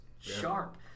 sharp